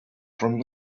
from